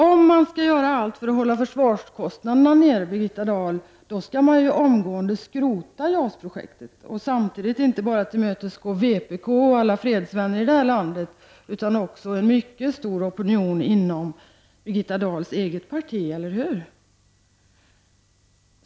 Om man skall göra allt för att hålla försvarskostnaderna nere, Birgitta Dahl, då skall man omgående skrota JAS-projeket och samtidigt tillmötesgå inte bara vpk och alla fredsvänner i det här landet utan också en mycket stor opinion inom Birgitta Dahls eget parti, eller hur?